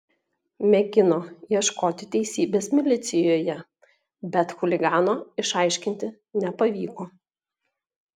mėgino ieškoti teisybės milicijoje bet chuligano išaiškinti nepavyko